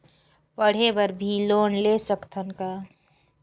पढ़े बर भी लोन ले सकत हन का?